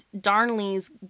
Darnley's